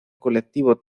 colectivo